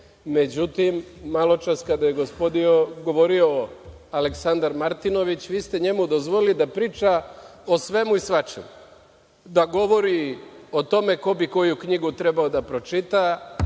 maločas kada je govorio gospodin Aleksandar Martinović, vi ste njemu dozvolili da priča o svemu i svačemu, da govori o tome ko bi koju knjigu trebao da pročita,